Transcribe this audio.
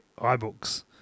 iBooks